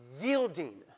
yielding